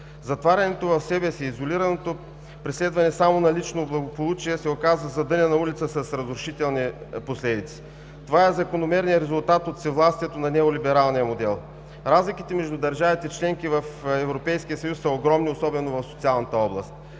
Затварянето в себе си, изолираното преследване само на лично благополучие, се оказа задънена улица с разрушителни последици. Това е закономерният резултат от всевластието на неолибералния модел. Разликите между държавите – членки в Европейския съюз са огромни, особено в социалната област.